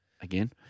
Again